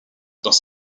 dans